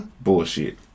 Bullshit